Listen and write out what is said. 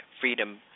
Freedom